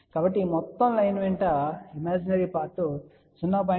కాబట్టి ఈ మొత్తం లైన్ వెంట ఇమాజినరీ పార్ట్ 0